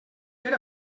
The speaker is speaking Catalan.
per